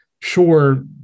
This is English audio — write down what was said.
Sure